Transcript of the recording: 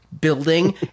building